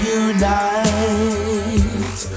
unite